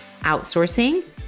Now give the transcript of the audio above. outsourcing